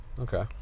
Okay